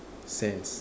scent